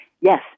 Yes